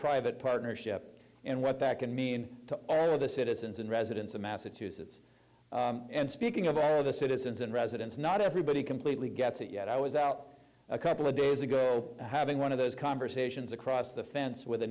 private partnership and what that can mean to all of the citizens and residents of massachusetts and speaking of our other citizens and residents not everybody completely gets it yet i was out a couple of days ago having one of those conversations across the fence with a